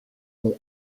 ont